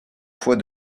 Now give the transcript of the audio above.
fois